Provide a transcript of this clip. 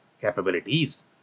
capabilities